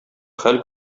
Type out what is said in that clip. хәл